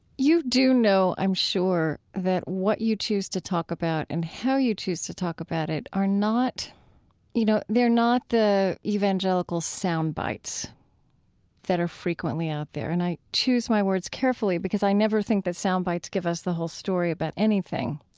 you do know, i'm sure, that what you choose to talk about and how you choose to talk about it are not you know, they're not the evangelical sound bites that are frequently out there. and i choose my words carefully because i never think that sound bites give us the whole story about anything.